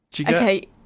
Okay